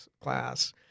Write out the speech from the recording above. class